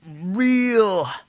real